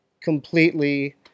completely